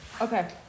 Okay